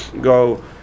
go